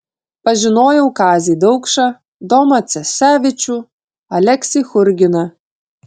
pažinojau kazį daukšą domą cesevičių aleksį churginą